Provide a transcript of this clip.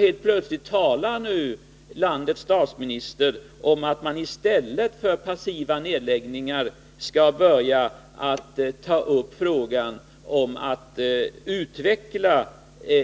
Helt plötsligt 24 november 1980 talar nu landets statsminister om att man i stället för att passivt åse nedläggningar skall utveckla